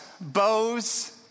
bows